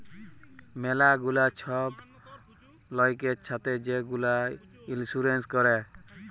ম্যালা গুলা ছব লয়কের ছাথে যে গুলা ইলসুরেল্স ক্যরে